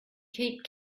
keep